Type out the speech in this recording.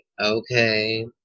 okay